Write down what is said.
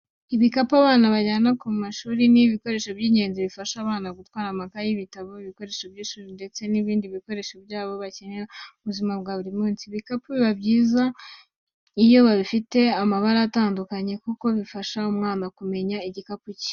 Ibikapu abana bajyana ku ishuri, ni ibikoresho by'ingenzi bifasha abana gutwara amakayi, ibitabo, ibikoresho by'ishuri, ndetse n'ibindi bikoresho byabo bakenera mu buzima bwa buri munsi. Ibikapu biba byiza iyo bifite amabara atandukanye, kuko bifasha buri mwana kumenya igikapu cye.